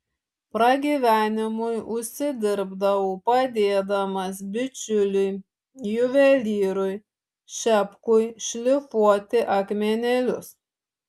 pragyvenimui užsidirbdavau padėdamas bičiuliui juvelyrui šepkui šlifuoti akmenėlius